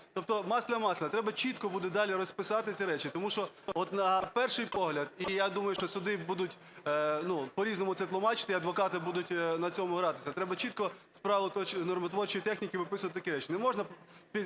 Тобто "масло масляне". Треба чітко буде далі розписати ці речі, тому що от, на перший погляд, і я думаю, що суди будуть по-різному це тлумачити, і адвокати будуть на цьому гратися, треба чітко з правил нормотворчої техніки виписувати таке,